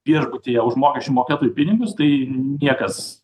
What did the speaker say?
viešbutyje už mokesčių mokėtojų pinigus tai niekas